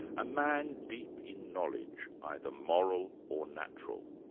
a man deep in knowledge, either moral or natural.